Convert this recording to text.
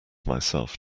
myself